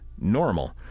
Normal